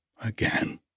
again